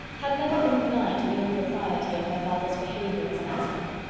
had never been blind to the impropriety of her father's behaviour as a husband.